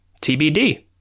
TBD